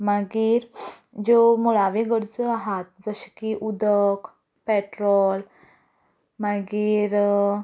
मागीर ज्यो मुळाव्यो गरजो आसा जशे की उदक पेट्रोल मागीर